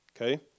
Okay